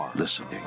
Listening